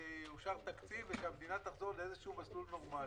שיאושר תקציב ושהמדינה תחזור לאיזה מסלול נורמלי.